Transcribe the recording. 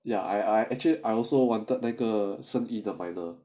ya I I actually I also wanted 那个生意的 minor